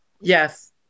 yes